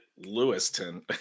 lewiston